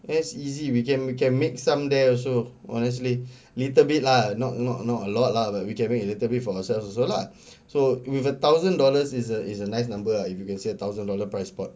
as easy we can we can make some there also honestly little bit lah not not not a lot lah but we can make a little bit for ourselves also lah so with a thousand dollars is a is a nice number ah if you can see a thousand dollar price part